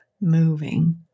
moving